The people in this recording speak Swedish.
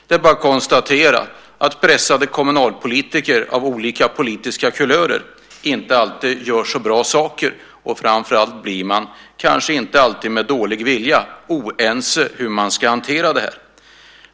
Det är bara att konstatera att pressade kommunalpolitiker av olika politiska kulör inte alltid gör så bra saker, och framför allt blir de, kanske inte alltid på grund av bristande vilja, oense om hur de ska hantera det här.